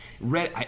red